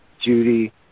Judy